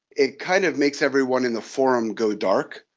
it kind of makes everyone in the forum go dark.